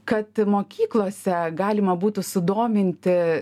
kad mokyklose galima būtų sudominti